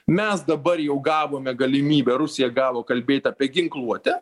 mes dabar jau gavome galimybę rusija gavo kalbėt apie ginkluotę